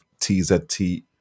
TZT